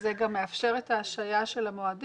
זה גם מאפשר את ההשהיה של המועדים.